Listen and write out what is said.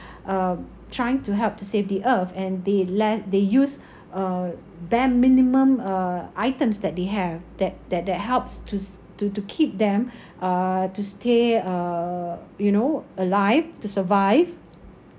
um trying to help to save the earth and they learn they use a bare minimum uh items that they have that that that helps to to to keep them uh to stay uh you know alive to survive